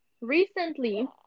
recently